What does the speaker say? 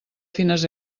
fines